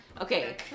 Okay